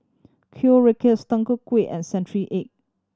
Kuih Rengas Tutu Kueh and century egg